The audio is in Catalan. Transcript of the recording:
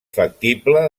factible